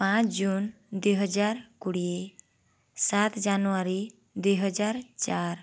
ପାଞ୍ଚ ଜୁନ୍ ଦୁଇହଜାର କୋଡ଼ିଏ ସାତ ଜାନୁଆରୀ ଦୁଇହଜାର ଚାର